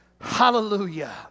hallelujah